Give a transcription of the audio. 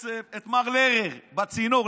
את מר לרר בצינור.